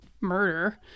murder